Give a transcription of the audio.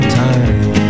time